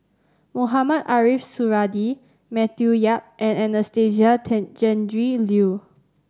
Mohamed Ariff Suradi Matthew Yap and Anastasia Tjendri Liew